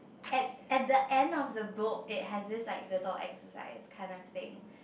at at the end of the book it has this like the dot exercise kind of thing